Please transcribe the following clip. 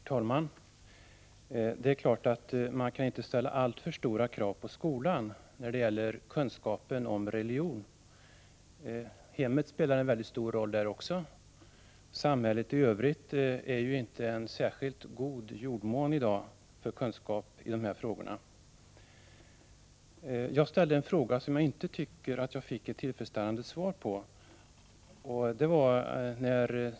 Herr talman! Det är klart att man inte kan ställa alltför stora krav på skolan när det gäller kunskapen om religion. Hemmet spelar också en mycket stor roll. Samhället i övrigt är i dag inte någon särskilt god jordmån för kunskap i dessa frågor. Jag tycker inte att jag fick ett tillfredsställande svar på den fråga som jag ställde till statsrådet.